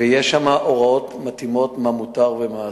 ויש הוראות מתאימות מה מותר ומה אסור.